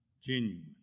genuine